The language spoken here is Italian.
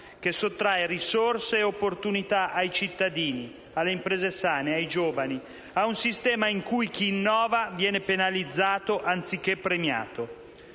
che sottrae risorse ed opportunità ai cittadini, alle imprese sane, ai giovani, ad un sistema in cui chi innova viene penalizzato anziché premiato.